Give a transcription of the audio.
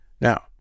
Now